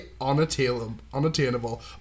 unattainable